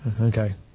Okay